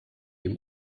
ihm